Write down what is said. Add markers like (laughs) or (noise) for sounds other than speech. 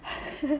(laughs)